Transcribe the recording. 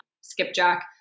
skipjack